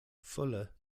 fuller